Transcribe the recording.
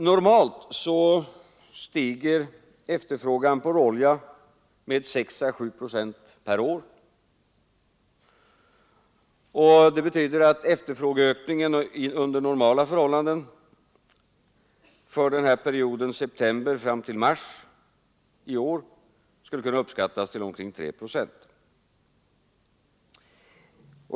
Normalt stiger efterfrågan på råolja med 6 å 7 procent per år, och det betyder att efterfrågeökningen under normala förhållanden för perioden september—mars i år skulle kunna uppskattas till omkring 3 procent.